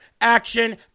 Action